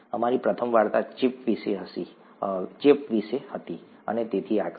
અમારી પ્રથમ વાર્તા ચેપ વિશે હતી અને તેથી આગળ